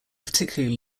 particularly